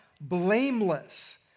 blameless